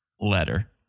letter